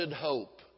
hope